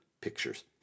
pictures